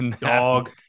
Dog